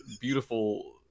beautiful